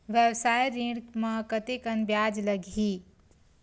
व्यवसाय ऋण म कतेकन ब्याज लगही?